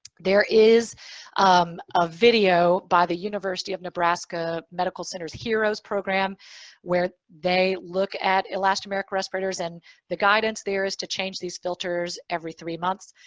there is a video by the university of nebraska medical center's heroes program where they look at elastomeric respirators. and the guidance there is to change these filters every three months,